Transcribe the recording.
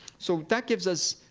so that gives us